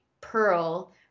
pearl